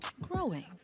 Growing